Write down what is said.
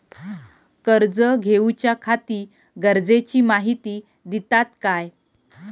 कर्ज घेऊच्याखाती गरजेची माहिती दितात काय?